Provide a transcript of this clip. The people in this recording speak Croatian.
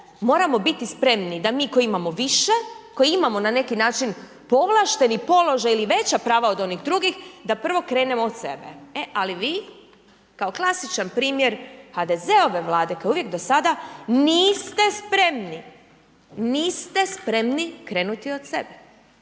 moramo biti spremni da mi koji imamo više, koji imamo na neki način povlašteni položaj ili veća prava od onih drugih, da prvo krenemo od sebe. E ali vi kao klasičan primjer HDZ-ove vlade kao i uvijek do sada, niste spremni, niste spremni krenuti od sebe.